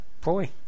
boy